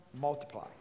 multiply